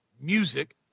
music